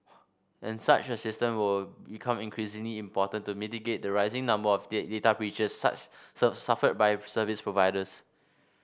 and such a system will become increasingly important to mitigate the rising number of date data breaches such suffered by service providers